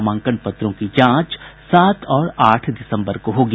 नामांकन पत्रों की जांच सात और आठ दिसम्बर को होगी